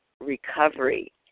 recovery